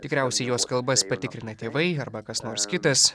tikriausiai jos kalbas patikrina tėvai arba kas nors kitas